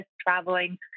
traveling